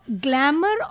glamour